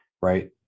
right